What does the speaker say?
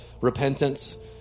repentance